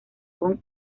con